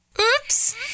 Oops